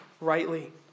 rightly